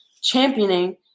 championing